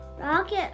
Rocket